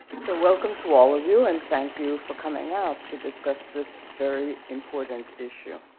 so welcome to all of you, and thank you for coming out to discuss this very important issue.